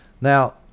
Now